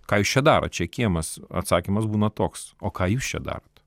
ką jūs čia darot čia kiemas atsakymas būna toks o ką jūs čia darot